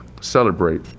celebrate